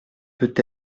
peut